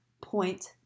point